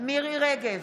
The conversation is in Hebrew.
מירי מרים רגב,